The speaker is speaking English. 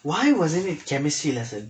why wasn't it chemistry lesson